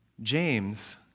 James